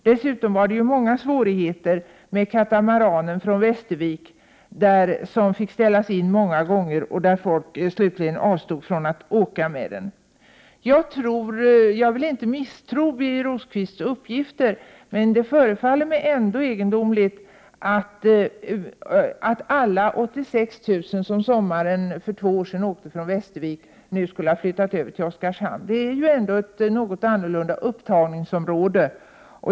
Dessutom var det många svårigheter med katamaranen från Västervik som fick ställas in många gånger. Slutligen avstod folk från att åka med den. Jag vill inte misstro Birger Rosqvists uppgifter, men det förefaller mig ändå egendomligt att alla 86 000 människor som sommaren för två år sedan åkte från Västervik nu skulle ha flyttat över till Oskarshamn. Det är ju ändå ett något annorlunda upptagningsområde.